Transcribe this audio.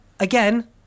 Again